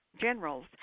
generals